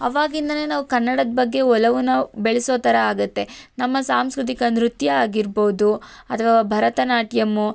ಅವಾಗಿಂದಲೇ ನಾವು ಕನ್ನಡದ ಬಗ್ಗೆ ಒಲವನ್ನ ಬೆಳೆಸೋ ಥರ ಆಗುತ್ತೆ ನಮ್ಮ ಸಾಂಸ್ಕೃತಿಕ ನೃತ್ಯ ಆಗಿರ್ಬೋದು ಅಥವಾ ಭರತನಾಟ್ಯಮ್ಮು